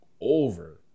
over